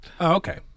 okay